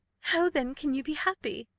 how, then, can you be happy,